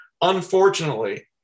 unfortunately